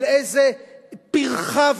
על איזה פרכה ואיוולת?